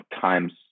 times